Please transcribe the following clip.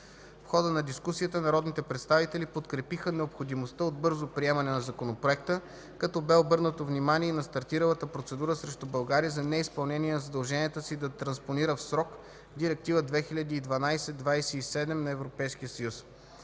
В хода на дискусията народните представители подкрепиха необходимостта от бързо приемане на законопроекта, като бе обърнато внимание и на стартиралата процедура срещу България за неизпълнение на задълженията си да транспонира в срок Директива 2012/27/ЕС.